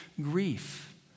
grief